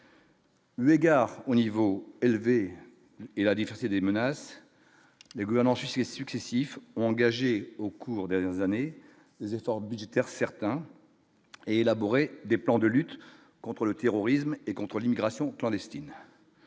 Mais gare au niveau élevé et la défense et des menaces des gouvernants, je suis successifs ont engagé au cours des années les efforts budgétaires certains élaborer des plans de lutte contre le terrorisme et contre l'immigration clandestine.